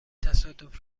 تصادف